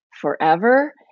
forever